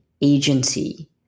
agency